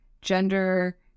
gender